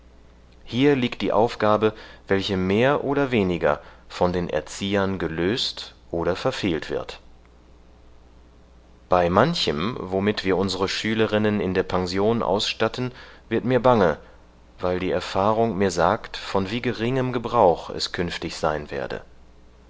hier liegt die aufgabe welche mehr oder weniger von den erziehern gelöst oder verfehlt wird bei manchem womit wir unsere schülerinnen in der pension ausstatten wird mir bange weil die erfahrung mir sagt von wie geringem gebrauch es künftig sein werde